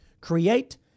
Create